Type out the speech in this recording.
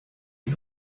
die